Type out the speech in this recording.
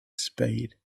spade